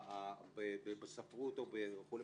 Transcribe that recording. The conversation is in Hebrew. בספרות וכו'